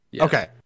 okay